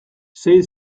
sei